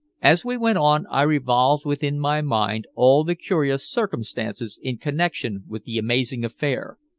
as we went on i revolved within my mind all the curious circumstances in connection with the amazing affair,